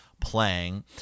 playing